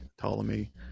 ptolemy